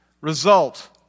Result